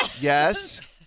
Yes